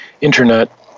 Internet